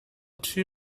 too